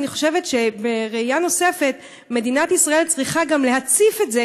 אני חושבת שבראייה נוספת מדינת ישראל צריכה להציף את זה